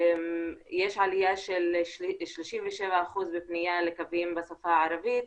יש עלייה של 37% בפנייה לקווים בשפה הערבית